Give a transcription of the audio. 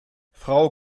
frau